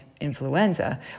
influenza